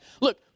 look